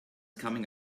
coming